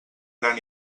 gran